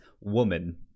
woman